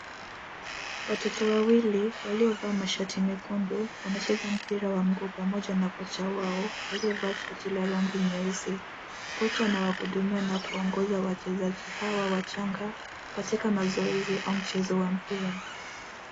Watoto wawili waliovaa mashati mekundu wanacheza mpira wa mguu pamoja na kocha wao aliyevaa shati la rangi nyeusi. Kocha anawahudumia na kuwaongoza wachezaji hawa wachanga katika mazoezi au mchezo wa mpira.